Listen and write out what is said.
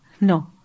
No